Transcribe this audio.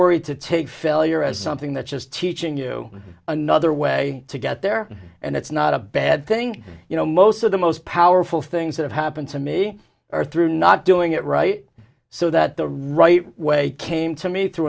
worried to take failure as something that's just teaching you another way to get there and it's not a bad thing you know most of the most powerful things that happened to me are through not doing it right so that the right way came to me through